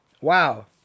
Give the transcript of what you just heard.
Wow